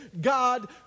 God